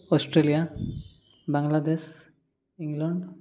Australia Bangladesh England